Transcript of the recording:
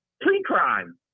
Pre-crime